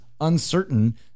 uncertain